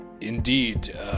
Indeed